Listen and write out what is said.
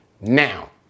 now